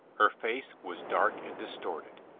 her face was dark and distorted.